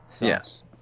Yes